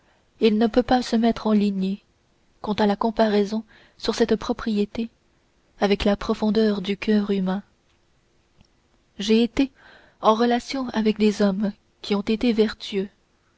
il ne peut pas se mettre en ligné quant à la comparaison sur cette propriété avec la profondeur du coeur humain j'ai été en relation avec des hommes qui ont été vertueux